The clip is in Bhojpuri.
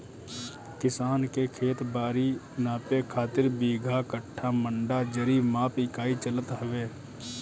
किसान के खेत बारी नापे खातिर बीघा, कठ्ठा, मंडा, जरी माप इकाई चलत हवे